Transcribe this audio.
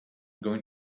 going